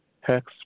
hex